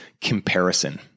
comparison